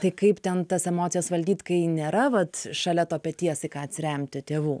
tai kaip ten tas emocijas valdyt kai nėra vat šalia to peties į ką atsiremti tėvų